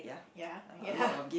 ya ya